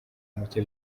muke